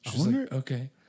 Okay